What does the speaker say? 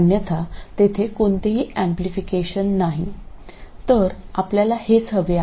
अन्यथा तेथे कोणतेही एम्पलीफिकेशन नाही तर आपल्याला हेच हवे आहे